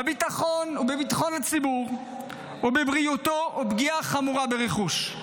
בביטחון ובבטיחות הציבור או בבריאותו או פגיעה חמורה ברכוש.